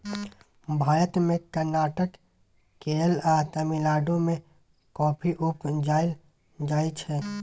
भारत मे कर्नाटक, केरल आ तमिलनाडु मे कॉफी उपजाएल जाइ छै